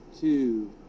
two